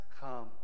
come